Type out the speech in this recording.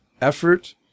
effort